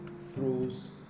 throws